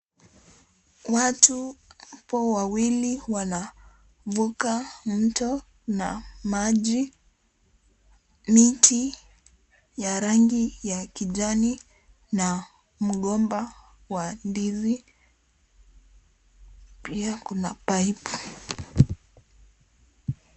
Watu hapo wawili wanavuka mto na maji, miti ya rangi ya kijani na mgomba wa ndizi pia kuna pipe .